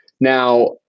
Now